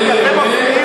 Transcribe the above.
באמת?